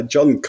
John